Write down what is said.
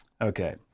Okay